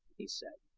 he said.